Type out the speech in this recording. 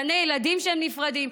גני ילדים שהם נפרדים,